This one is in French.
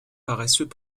paraissent